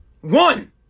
One